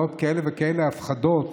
ועוד כאלה וכאלה הפחדות,